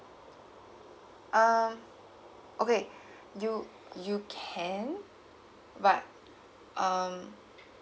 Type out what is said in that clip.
um okay you you can but um